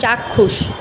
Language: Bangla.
চাক্ষুষ